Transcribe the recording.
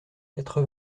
quatre